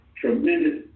tremendous